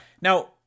Now